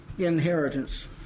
inheritance